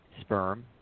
sperm